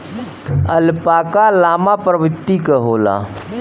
alpaca llama प्रवृत्ति क होला